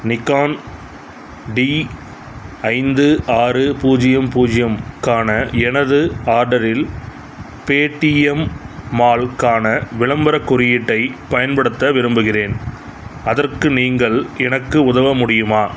Nikon D ஐந்து ஆறு பூஜ்ஜியம் பூஜ்ஜியக்கான எனது ஆர்டரில் பேடிஎம் மாலுக்கான விளம்பரக் குறியீட்டைப் பயன்படுத்த விரும்புகிறேன் அதற்கு நீங்கள் எனக்கு உதவ முடியுமா